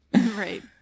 Right